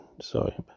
sorry